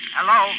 Hello